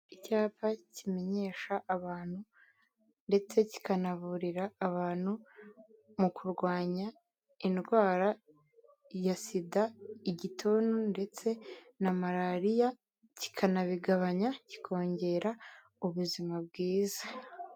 Icyapa kimenyesha abantu ndetse kikanaburira abantu mu kurwanya indwara ya sida, igituntu ndetse na malariya kikanabigabanya kikongera ubuzima bwiza.